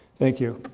thank you.